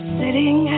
sitting